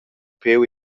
priu